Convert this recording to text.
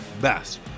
best